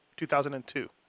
2002